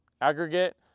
aggregate